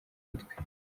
mutwe